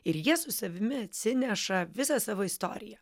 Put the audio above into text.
ir jie su savimi atsineša visą savo istoriją